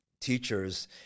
teachers